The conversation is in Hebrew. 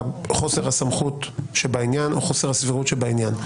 חוסר הסמכות שבעניין או חוסר הסבירות שבעניין,